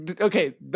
Okay